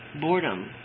Boredom